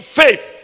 faith